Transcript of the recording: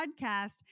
podcast